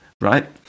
right